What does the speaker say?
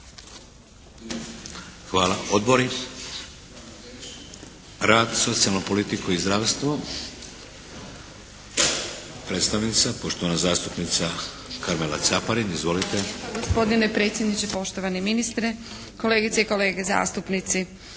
Hvala. Odbori rad, socijalnu politiku i zdravstvo. Predstavnica, poštovana zastupnica Karmela Caparin. Izvolite. **Caparin, Karmela (HDZ)** Hvala lijepa gospodine predsjedniče, poštovani ministre, kolegice i kolege zastupnici.